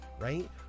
right